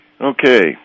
Okay